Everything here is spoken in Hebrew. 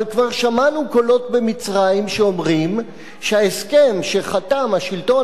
אבל כבר שמענו קולות במצרים שאומרים שההסכם שחתם השלטון